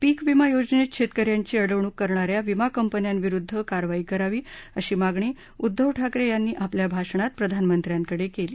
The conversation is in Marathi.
पीक विमा योजनेत शेतक यांची अडवणूक करणा या विमा कंपन्यांविरुद्ध कारवाई करावी अशी मागणी उद्धव ठाकरे यांनी आपल्या भाषणात प्रधानमंत्र्यांकडे केली